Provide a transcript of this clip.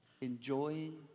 enjoying